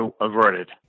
averted